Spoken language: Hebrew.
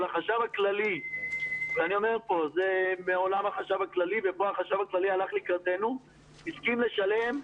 פה החשב הכללי הלך לקראתנו והמשיך לשלם 50%,